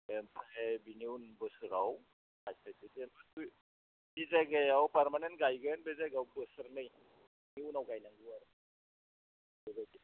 नोङो माने बिनि उननि बोसोराव गायस्लायदो फुलि जि जायगायाव पारमानेन्ट गायगोन बे जायगायाव बोसोरनैसोनि उनाव गायनांगौ आरो बेबायदि